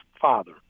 father